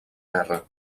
guerra